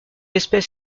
espèce